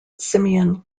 simeon